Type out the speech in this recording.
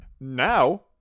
Now